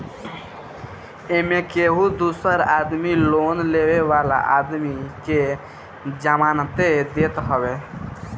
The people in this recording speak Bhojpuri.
एमे केहू दूसर आदमी लोन लेवे वाला आदमी के जमानत देत हवे